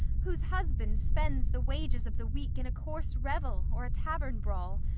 whose husband spends the wages of the week in a coarse revel, or a tavern brawl,